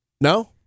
No